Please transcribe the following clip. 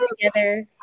together